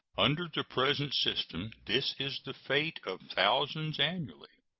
under the present system this is the fate of thousands annually,